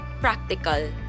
practical